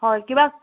হয় কিবা